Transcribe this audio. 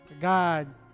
God